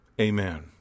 Amen